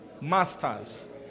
Masters